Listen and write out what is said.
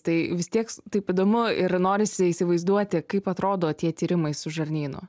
tai vis tiek s taip įdomu ir norisi įsivaizduoti kaip atrodo tie tyrimai su žarnynu